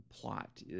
plot